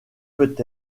peut